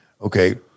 Okay